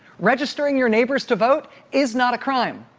registering your neighbors to vote is not a crime.